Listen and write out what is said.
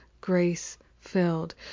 grace-filled